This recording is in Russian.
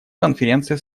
конференция